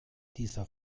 dieser